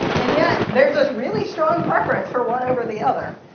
and yet there's a really strong preference for one over the other,